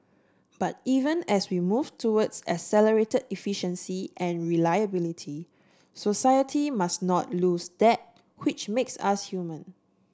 but even as we move towards accelerated efficiency and reliability society must not lose that which makes us human